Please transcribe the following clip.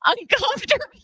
uncomfortable